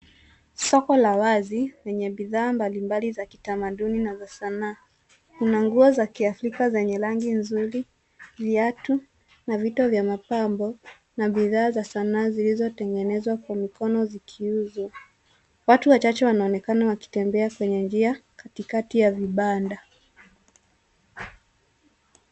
Soko la wazi lenye bidhaa mbalimbali za kitamaduni na vya sanaa. Ina nguo za kiafrika zenye rangi nzuri, viatu na vito vya mapambo na bidhaa za sanaa zilizotengenezwa kwa mikono zikiuzwa. Watu wachache wanaonekana wakitembea kwenye njia katikati ya vibanda.